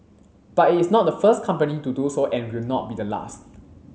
but it is not the first company to do so and will not be the last